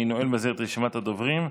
אני נועל בזה את רשימת הדוברים.